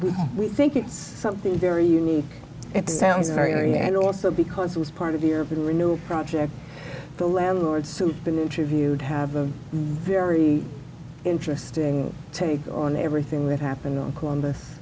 when we think it's something very unique it sounds very eerie and also because it was part of the urban renewal project the landlord suit been interviewed have a very interesting take on everything that happened on columbus